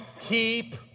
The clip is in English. keep